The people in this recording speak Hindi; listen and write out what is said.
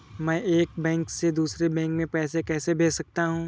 क्या मैं एक बैंक से दूसरे बैंक में पैसे भेज सकता हूँ?